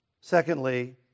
Secondly